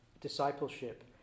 discipleship